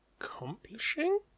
accomplishing